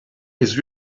his